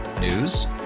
News